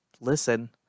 listen